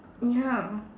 ya